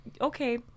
Okay